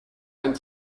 ein